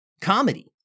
comedy